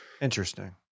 interesting